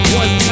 one